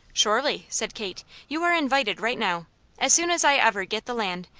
surely, said kate, you are invited right now as soon as i ever get the land,